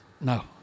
no